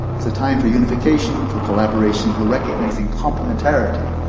is a time for unification, for collaboration, for recognising complementarity.